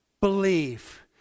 believe